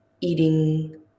eating